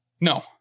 No